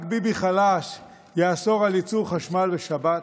רק ביבי חלש יאסור על ייצור חשמל בשבת,